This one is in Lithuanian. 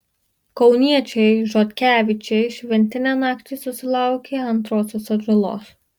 kauniečiai žotkevičiai šventinę naktį susilaukė antrosios atžalos